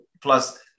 plus